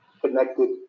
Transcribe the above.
connected